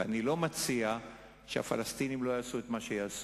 ואני לא מציע שהפלסטינים לא יעשו את מה שיעשו